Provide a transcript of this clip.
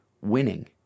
winning